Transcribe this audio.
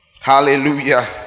Hallelujah